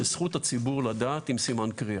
שזכות הציבור לדעת עם סימן קריאה.